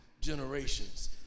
generations